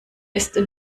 ist